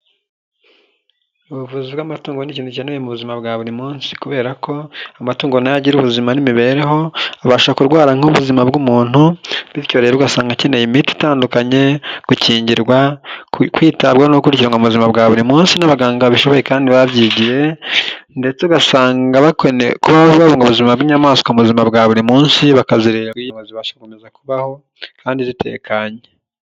Ubuvuzi bw'amatungo ni ikintu akeneye mu buzima bwa buri munsi kubera ko amatungo nayo agira ubuzima n'imibereho abasha kurwara nk'ubuzima bw'umuntu, bityo rero ugasanga akeneye imiti itandukanye gukingirwa kwitabwa no kuryama mu buzima bwa buri munsi n'abaganga bashoboye kandi babyigiye ndetse ugasanga kubaho banga bu ubuzima bw'inyamaswa mu buzima bwa buri munsi bakazirenga yamamba ziba gukomeza kubaho kandi zitekanye.